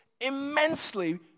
immensely